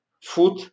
food